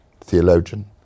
theologian